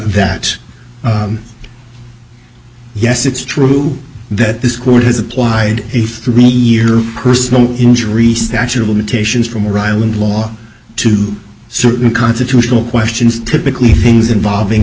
that yes it's true that this court has applied a three year personal injury statute of limitations from rylan law to certain constitutional questions typically things involving